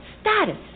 status